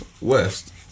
West